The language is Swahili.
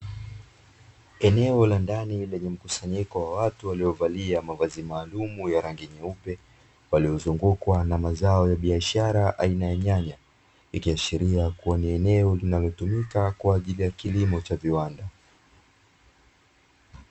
Eneo la ndani lenye mkusanyiko wa watu waliovalia mavazi maalumu ya rangi nyeupe, waliozungukwa na mazao ya biashara aina ya nyanya ikiashiria kuwa ni eneo linalotumika kwa ajili ya kilimo cha viwanda.